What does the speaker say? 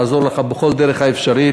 נעזור לך בכל דרך אפשרית,